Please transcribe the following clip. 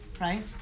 right